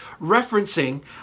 referencing